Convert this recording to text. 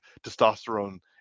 testosterone